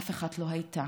אף אחת לא הייתה.